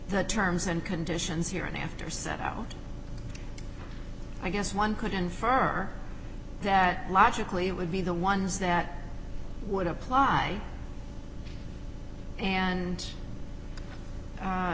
the terms and conditions here and after set out i guess one could infer that logically would be the ones that would apply and